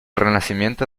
renacimiento